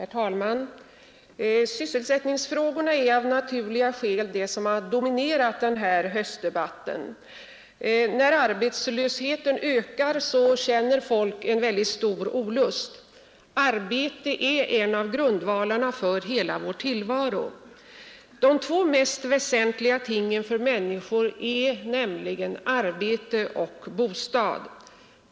Herr talman! Sysselsättningsfrågorna har av naturliga skäl dominerat denna höstdebatt. När arbetslösheten ökar känner folk en mycket stor olust. Arbetet är en av grundvalarna för hela vår tillvaro. De två mest väsentliga tingen för människan är nämligen arbete och bostad.